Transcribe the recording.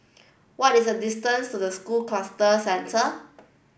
what is the distance to the School Cluster Centre